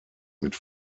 mit